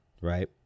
right